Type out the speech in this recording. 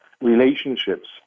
relationships